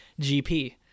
GP